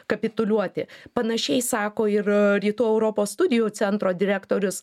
kapituliuoti panašiai sako ir rytų europos studijų centro direktorius